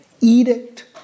edict